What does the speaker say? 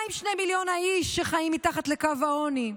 מה עם שני מיליון איש שחיים מתחת לקו העוני?